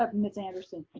um ms. anderson.